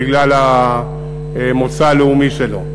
בגלל המוצא הלאומי שלו.